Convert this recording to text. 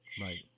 Right